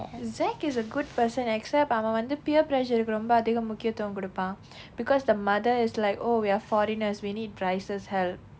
zac is a good person except அவன் வந்து:avan vanthu peer pressure க்கு ரொம்ப அதிகம் முக்கியத்துவம் கொடுப்பான்:kku romba athikam mukkiyathuvam koduppan because the mother is like oh we are foreigners we need bryce's help